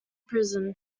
prison